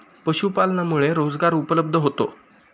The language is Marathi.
पशुपालनामुळे रोजगार उपलब्ध होतो